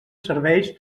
serveis